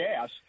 gas –